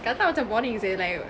kau tahu macam boring seh like